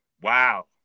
wow